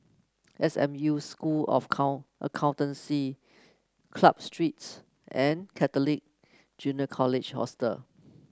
S M U School of Accountancy Club Streets and Catholic Junior College Hostel